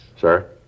Sir